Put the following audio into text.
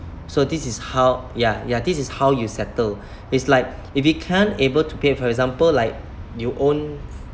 so this is how ya ya this is how you settle it's like if you can't able to pay for example like you own